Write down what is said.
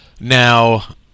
Now